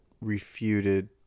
refuted